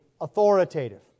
authoritative